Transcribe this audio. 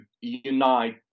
unite